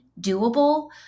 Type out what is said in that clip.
doable